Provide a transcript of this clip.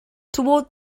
toward